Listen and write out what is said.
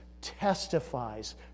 testifies